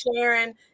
Sharon